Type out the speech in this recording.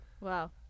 wow